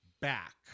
back